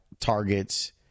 targets